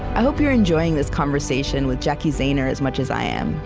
i hope you're enjoying this conversation with jacki zehner as much as i am.